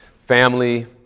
family